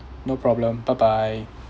no problem bye bye